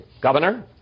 Governor